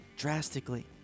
drastically